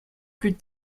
plus